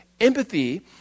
Empathy